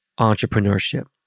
entrepreneurship